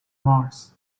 mars